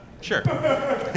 Sure